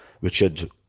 Richard